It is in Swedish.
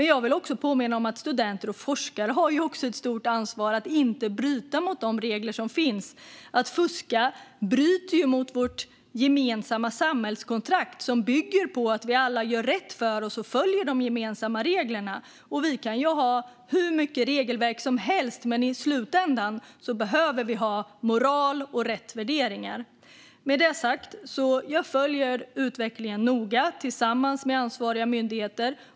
Jag vill också påminna om att studenter och forskare har ett stort ansvar för att inte bryta mot de regler som finns. Att fuska bryter ju mot vårt gemensamma samhällskontrakt, som bygger på att vi alla gör rätt för oss och följer de gemensamma reglerna. Vi kan ha hur många regelverk som helst, men i slutändan behöver vi ha moral och rätt värderingar. Med detta sagt följer jag utvecklingen noga tillsammans med ansvariga myndigheter.